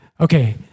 Okay